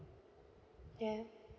ya